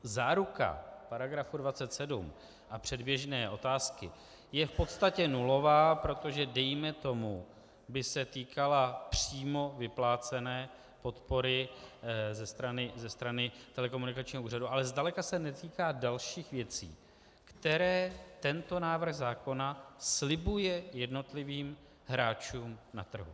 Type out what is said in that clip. Záruka v § 27 a předběžné otázky je v podstatě nulová, protože dejme tomu by se týkala přímo vyplácené podpory ze strany telekomunikačního úřadu, ale zdaleka se netýká dalších věcí, které tento návrh zákona slibuje jednotlivým hráčům na trhu.